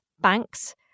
banks